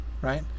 Right